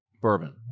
bourbon